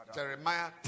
Jeremiah